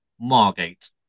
Margate